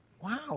Wow